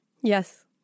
Yes